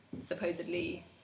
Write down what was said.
supposedly